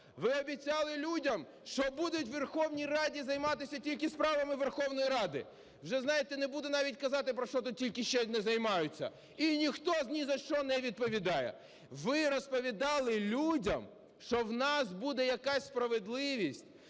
Ви обіцяли людям, що будуть у Верховній Раді займатися тільки справами Верховної Ради, вже знаєте, не буду навіть казати, про що тут тільки ще не займаються, і ніхто ні за що не відповідає. Ви розповідали людям, що у нас буде якась справедливість.